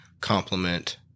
complement